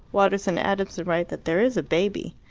waters and adamson write that there is a baby.